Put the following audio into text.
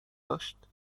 داشت